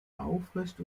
aufrecht